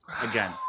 again